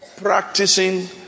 practicing